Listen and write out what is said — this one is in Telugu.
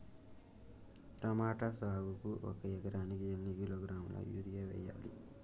టమోటా సాగుకు ఒక ఎకరానికి ఎన్ని కిలోగ్రాముల యూరియా వెయ్యాలి?